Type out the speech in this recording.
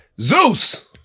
Zeus